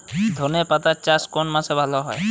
ধনেপাতার চাষ কোন মাসে ভালো হয়?